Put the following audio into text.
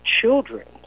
children